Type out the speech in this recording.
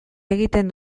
egiten